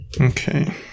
Okay